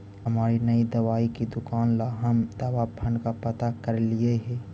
हमारी नई दवाई की दुकान ला हम दवा फण्ड का पता करलियई हे